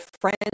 friends